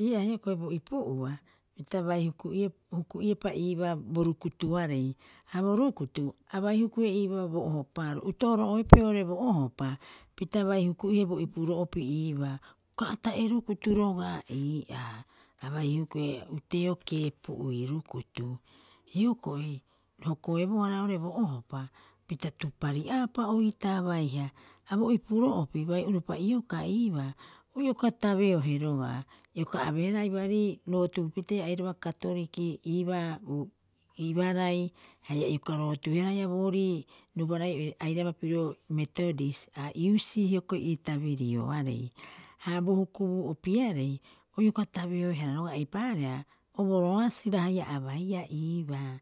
Ii aa hioko'i bo ipu'ua pita bai huku'iep- huku'iepa iibaa bo rukutuarei, ha bo rukutu a bai hukuhe iibaa bo ohopaaro. Uto'oro oepee oo'ore bo ohopa pita bai huku'ihe bo ipuro'opi iibaa. Uka ata'e rukutu roga'a ii'aa a bai hukuhe uteeo keepu'ui rukutu. Hioko'i hokoebohara oo'ore bo ohopa, pita tuparii'aapa oitaa baiha. Ha bo ipuro'opi bai uropa iokaa ibaa, o ioka tabeohe roga'a. Ioka abeehara aibaari rootuupitee airaba katoriki ibaa ibarai haia ioka rootuuihara borii rubarai airaba pirio metodist ha iusi hioko'i ii ta birioarei. Ha bo hukubuu'opiarei, o ioka tabeoahara eipaareha, o bo roasira haia a baia iibaa.